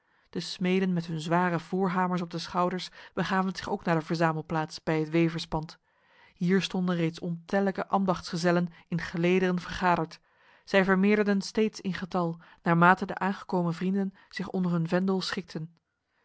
de smeden met hun zware voorhamers op de schouders begaven zich ook naar de verzamelplaats bij het weverspand hier stonden reeds ontellijke ambachtsgezellen in gelederen vergaderd zij vermeerderden steeds in getal naarmate de aangekomen vrienden zich onder hun vendel schikten